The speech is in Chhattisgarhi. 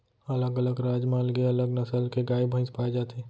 अलग अलग राज म अलगे अलग नसल के गाय भईंस पाए जाथे